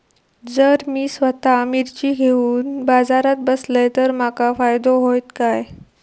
जर मी स्वतः मिर्ची घेवून बाजारात बसलय तर माका फायदो होयत काय?